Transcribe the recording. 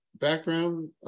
background